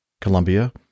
Colombia